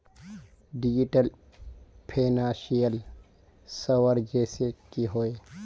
Digital financial services की होय?